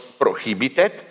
prohibited